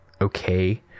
okay